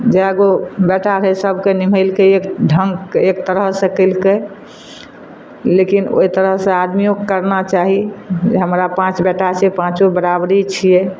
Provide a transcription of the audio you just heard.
जएगो बेटा भेल सबके निमहैलकै एक ढङ्ग एक तरह से कयलकै लेकिन ओहि तरह से आदमियोके करना चाही जे हमरा पाँच बेटा छै पाँचो बराबरी छियै